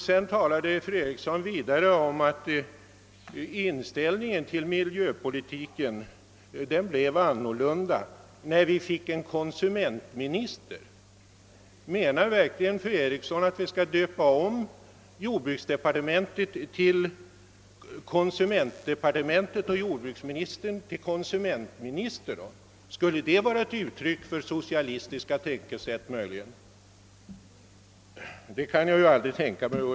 Sedan talade fru Eriksson vidare om att inställningen till miljöpolitiken blev annorlunda när vi fick en konsumentminister. Menar verkligen fru Eriksson att vi skall döpa om jordbruksdepartementet till konsumentdepartementet, och jordbruksministern till konsumentminister? Skulle det möjligen vara ett uttryck för ett socialistiskt tänkesätt? Det kan jag aldrig tänka mig.